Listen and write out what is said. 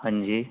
हाँ जी